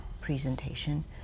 presentation